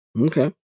Okay